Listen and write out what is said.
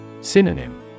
Synonym